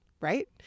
Right